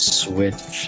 switch